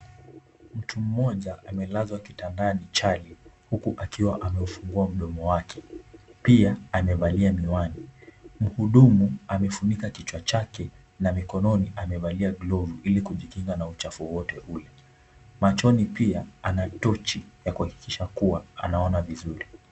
Mtu mmoja amelazwa kitandani chali huku akiwa amefungua mdomo wake. Pia amevalia miwani. Mhudumu amefunika kichwa chake na mikononi amevalia glovu ili kujikinga na uchafu wowote ule. Machoni pia ana tochi ya kuhakikisha kuwa anaona vizuri.